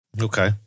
Okay